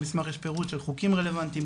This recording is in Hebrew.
במסמך יש פירוט של חוקים רלוונטיים,